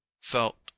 felt